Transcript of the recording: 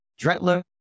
Dretler